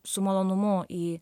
su malonumu į